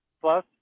Plus